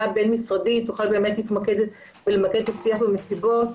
הבין-משרדית תוכל באמת להתמקד ולמקד את השיח במסיבות.